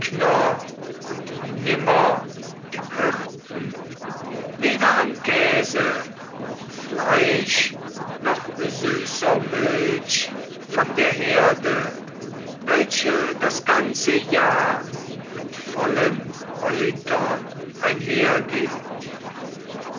und nimmer dem hirten weder an käse noch fleisch noch süßer milch von der herde welche das ganze jahr mit vollen eutern einhergeht